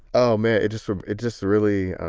oh, man it just it just really